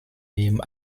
nehmen